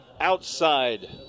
outside